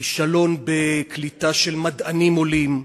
כישלון בקליטה של מדענים עולים,